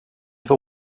for